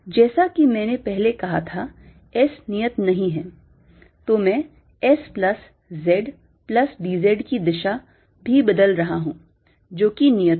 जैसा कि मैंने पहले कहा था S नियत नहीं है तो मैं S plus z plus d z की दिशा भी बदल रहा हूं जो कि नियत है